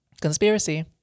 Conspiracy